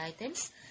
items